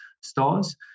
stores